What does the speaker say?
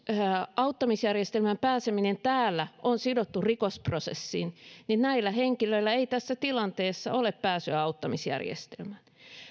auttamisjärjestelmään pääseminen täällä on sidottu rikosprosessiin niin näillä henkilöillä ei tässä tilanteessa ole pääsyä auttamisjärjestelmään